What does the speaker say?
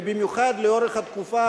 ובמיוחד לאורך התקופה,